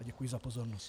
Děkuji za pozornost.